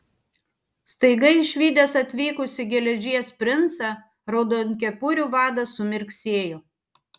staiga išvydęs atvykusį geležies princą raudonkepurių vadas sumirksėjo